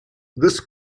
this